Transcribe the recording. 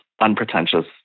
unpretentious